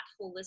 holistic